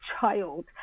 child